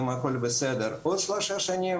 אני לא רוצה להיכנס כרגע לסוגיות כספיות פה,